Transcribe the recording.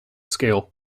scale